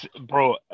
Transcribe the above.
bro